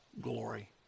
glory